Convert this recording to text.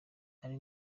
ari